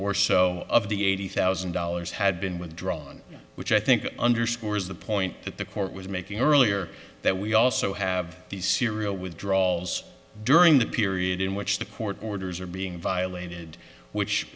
or so of the eighty thousand dollars had been withdrawn which i think underscores the point that the court was making earlier that we also have the serial with drawls during the period in which the court orders are being violated which